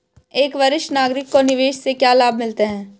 एक वरिष्ठ नागरिक को निवेश से क्या लाभ मिलते हैं?